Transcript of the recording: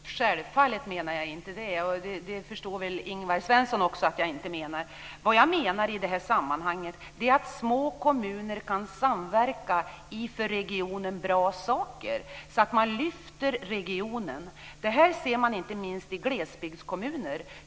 Fru talman! Självfallet menar jag inte det, och det förstår väl Ingvar Svensson också. Vad jag menar i det här sammanhanget är att små kommuner kan samverka i för regionen bra saker så att man lyfter regionen. Det här ser man inte minst i glesbygdskommuner.